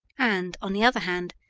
and, on the other hand,